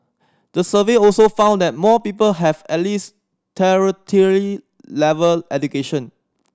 the survey also found that more people have at least tertiary level education